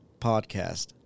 podcast